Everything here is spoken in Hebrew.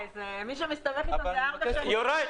מי שמסתבך איתו זה --- אבל אני מבקש --- יוראי,